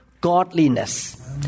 godliness